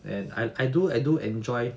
and I do I do enjoy